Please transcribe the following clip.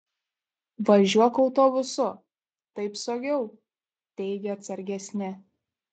važiuok autobusu taip saugiau teigė atsargesni